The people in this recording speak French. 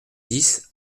dix